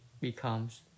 becomes